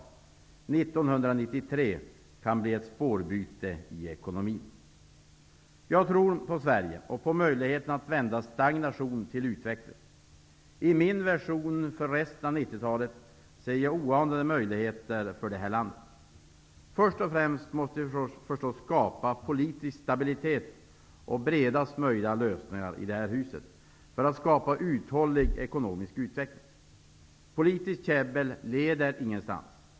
1993 kan bli ett spårbyte i ekonomin. Jag tror på Sverige och på möjligheterna att vända stagnation till utveckling. I min vision för resten av 90-talet ser jag oanade möjligheter för vårt land. Först och främst måste vi förstås skapa politisk stabilitet och bredast möjliga lösningar i det här huset för att skapa uthållig ekonomisk utveckling. Politiskt käbbel leder ingenstans.